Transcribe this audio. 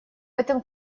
этом